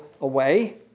away